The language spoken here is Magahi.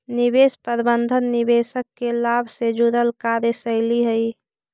निवेश प्रबंधन निवेशक के लाभ से जुड़ल कार्यशैली हइ